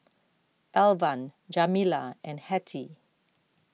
Alvan Jamila and Hattie